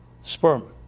sperm